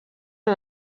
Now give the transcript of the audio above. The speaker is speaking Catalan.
han